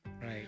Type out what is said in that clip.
Right